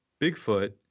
Bigfoot